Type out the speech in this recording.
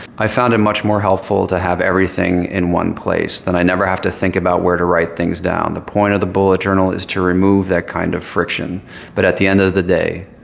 i found it much more helpful to have everything in one place. then, i never have to think about where to write things down. the point of the bullet journal is to remove that kind of friction but at the end of the day,